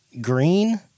green